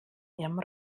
ihrem